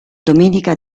domenica